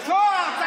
צהר.